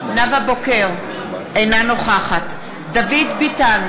אינה נוכחת דוד ביטן,